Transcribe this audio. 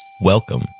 Welcome